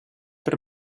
per